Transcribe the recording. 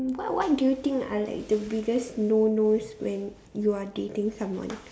what what do you think are like the biggest no nos when you are dating someone